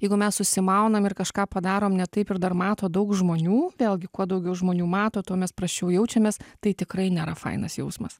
jeigu mes susimaunam ir kažką padarom ne taip ir dar mato daug žmonių vėlgi kuo daugiau žmonių mato tuo mes prasčiau jaučiamės tai tikrai nėra fainas jausmas